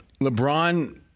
LeBron